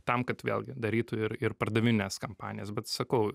tam kad vėlgi darytų ir ir pardavimines kampanijas bet sakau